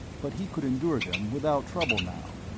but he could endure them without trouble now,